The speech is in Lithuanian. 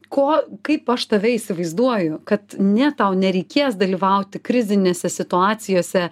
ko kaip aš tave įsivaizduoju kad ne tau nereikės dalyvauti krizinėse situacijose